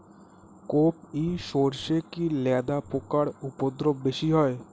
কোপ ই সরষে কি লেদা পোকার উপদ্রব বেশি হয়?